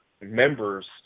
members